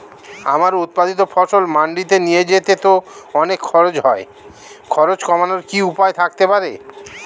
আমার উৎপাদিত ফসল মান্ডিতে নিয়ে যেতে তো অনেক খরচ হয় খরচ কমানোর কি উপায় থাকতে পারে?